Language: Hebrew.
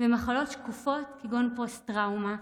ומחלות שקופות כגון פוסט טראומה,